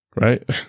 right